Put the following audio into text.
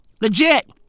Legit